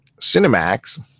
Cinemax